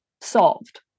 solved